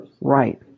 Right